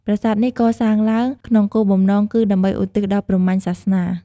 ប្រាសាទនេះកសាងឡើងក្នុងគោលបំណងគឺ ដើម្បីឧទ្ទិសដល់ព្រហ្មញ្ញសាសនា។